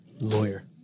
Lawyer